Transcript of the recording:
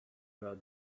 were